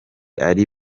ari